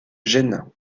gênes